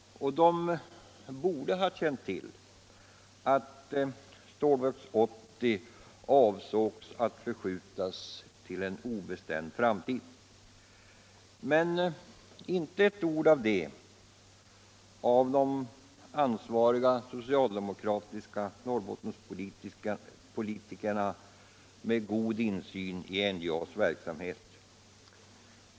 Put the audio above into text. Och de borde ha känt till att Stålverk 80 avsågs bli skju!tet till en obestämd framtid. Men inte ett ord om det av de. ansvariga socialdemokratiska Norrbottenspolitikerna med god insyn i NJA:s verksamhet!